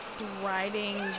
riding